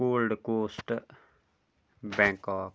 gold coast Bangkok